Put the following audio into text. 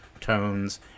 tones